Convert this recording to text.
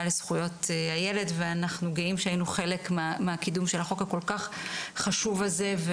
לזכויות הילד ואנחנו גאים שהיינו חלק מקידום החוק הכול-כך חשוב הזה.